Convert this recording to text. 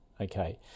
okay